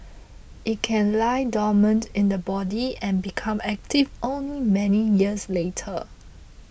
it can lie dormant in the body and become active only many years later